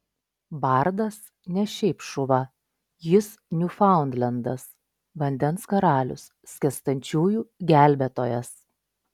bardas ne šiaip šuva jis niūfaundlendas vandens karalius skęstančiųjų gelbėtojas